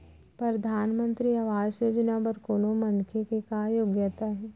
परधानमंतरी आवास योजना बर कोनो मनखे के का योग्यता हे?